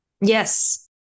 Yes